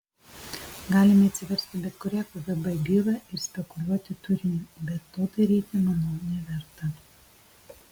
galime atsiversti bet kurią kgb bylą ir spekuliuoti turiniu bet to daryti manau neverta